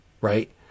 right